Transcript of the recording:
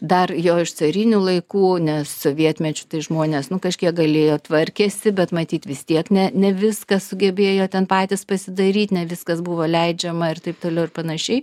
dar jo iš carinių laikų nes sovietmečiu tai žmonės nu kažkiek galėjo tvarkėsi bet matyt vis tiek ne ne viską sugebėjo ten patys pasidaryt ne viskas buvo leidžiama ir taip toliau ir panašiai